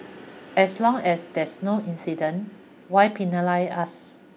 as long as there's no incident why penalise us